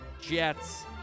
Jets